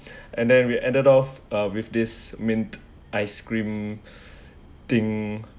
and then we ended off uh with this mint ice cream thing